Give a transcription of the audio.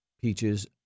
peaches